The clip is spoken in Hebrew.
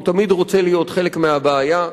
הוא תמיד רוצה להיות חלק מהבעיה.